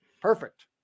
Perfect